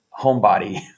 homebody